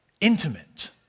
intimate